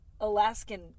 Alaskan